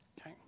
Okay